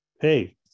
Hey